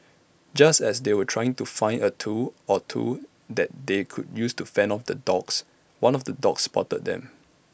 just as they were trying to find A tool or two that they could use to fend off the dogs one of the dogs spotted them